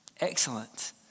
Excellent